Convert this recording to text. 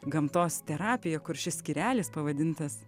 gamtos terapija kur šis skyrelis pavadintas